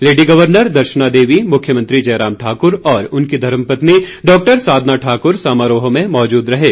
lady governor Darshana Devi मुख्यमंत्री जयराम ठाक्र और उनकी धर्मपत्नी डॉक्टर साधना ठाक्र समारोह में मौजूद रहें